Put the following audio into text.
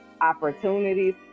opportunities